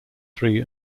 three